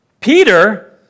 Peter